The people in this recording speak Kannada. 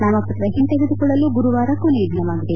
ನಾಮಪ್ರ ಹಿಂತೆಗೆದುಕೊಳ್ಳಲು ಗುರುವಾರ ಕೊನೆಯ ದಿನವಾಗಿದೆ